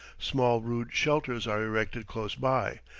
small rude shelters are erected close by,